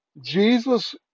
Jesus